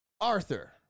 Arthur